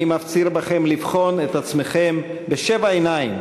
אני מפציר בכם לבחון את עצמכם בשבע עיניים